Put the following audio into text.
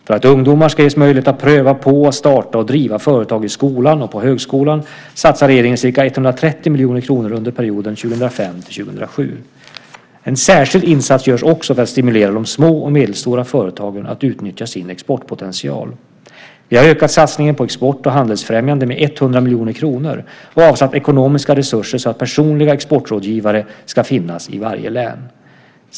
För att ungdomar ska ges möjlighet att pröva på att starta och driva företag i skolan och på högskolan satsar regeringen ca 130 miljoner kronor under perioden 2005-2007. En särskild insats görs också för att stimulera de små och medelstora företagen att utnyttja sin exportpotential. Vi har ökat satsningen på export och handelsfrämjande med 100 miljoner kronor och avsatt ekonomiska resurser så att personliga exportrådgivare ska finnas i varje län.